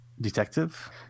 detective